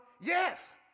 yes